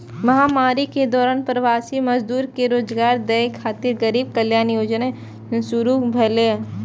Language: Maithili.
महामारी के दौरान प्रवासी मजदूर कें रोजगार दै खातिर गरीब कल्याण रोजगार योजना शुरू भेलै